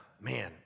man